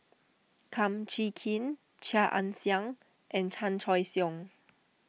Kum Chee Kin Chia Ann Siang and Chan Choy Siong